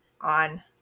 on